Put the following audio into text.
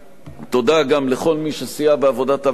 תודה גם לכל מי שסייע בעבודת הוועדה,